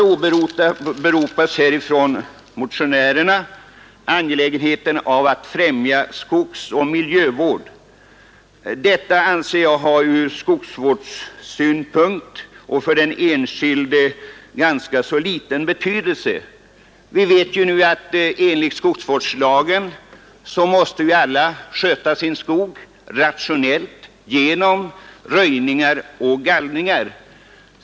Motionärerna har åberopat angelägenheten av att främja skogsoch miljövård. Den här aktuella frågan anser jag dock ur skogsvårdssynpunkt och för den enskilde ha ganska liten betydelse. Vi vet att enligt skogsvårdslagen måste alla sköta sin skog rationellt genom röjningar och gallringar.